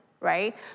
right